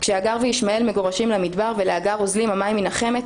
כשהדר וישמעאל מגורשים למדבר ולהדר אוזלים המים מן החמת